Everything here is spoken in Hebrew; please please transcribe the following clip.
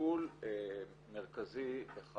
משיקול מרכזי אחד